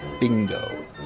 bingo